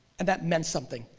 and that meant something,